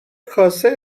کاسه